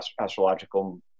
astrological